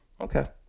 Okay